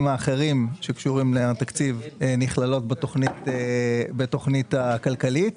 האחרים וקשורים לתקציב נכללים בתכנית הכלכלית.